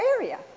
area